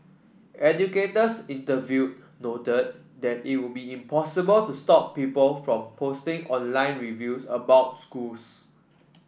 educators interviewed noted that it would be impossible to stop people from posting online reviews about schools